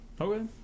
Okay